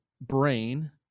brain